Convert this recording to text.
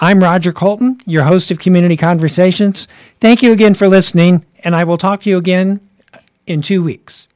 i'm roger colton your host of community conversations thank you again for listening and i will talk to you again in two weeks